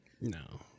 No